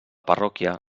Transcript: parròquia